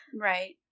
Right